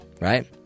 Right